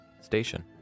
station